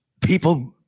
people